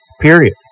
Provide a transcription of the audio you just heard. period